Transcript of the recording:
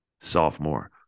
sophomore